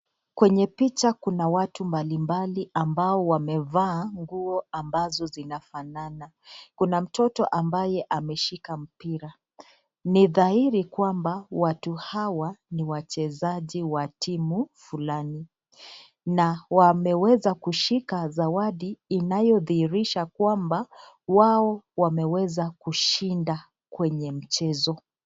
Kwenye picha kuna watu mbali mbali ambao wamevaa nguo ambazo zinafanana. Kuna mtoto ambaye ameshika mpira. Ni dhahiri kwamba watu hawa ni wachezaji watimu fulani. Na wameweza kushika zawadi inayodhihirisha kwamba wao wameweza kushinda kwenye chezo.